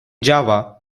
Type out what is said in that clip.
java